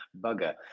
bugger